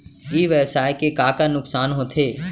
ई व्यवसाय के का का नुक़सान होथे?